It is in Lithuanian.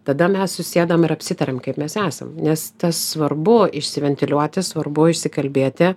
tada mes susėdam ir apsitariam kaip mes esam nes tas svarbu išsiventiliuoti svarbu išsikalbėti